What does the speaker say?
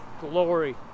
glory